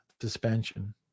suspension